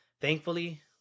thankfully